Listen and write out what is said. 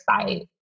site